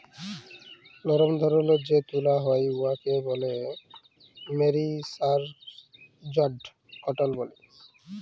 লরম ধরলের যে তুলা গুলা হ্যয় উয়াকে ব্যলে মেরিসারেস্জড কটল ব্যলে